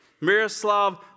Miroslav